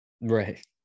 Right